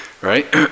Right